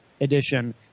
edition